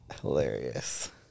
hilarious